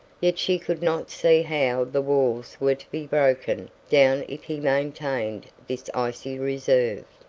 yet she could not see how the walls were to be broken down if he maintained this icy reserve.